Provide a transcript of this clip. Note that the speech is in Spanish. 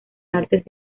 artes